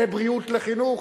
לבריאות, לחינוך,